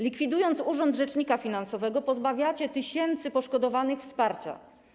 Likwidując urząd rzecznika finansowego, pozbawiacie tysięcy poszkodowanych wsparcia.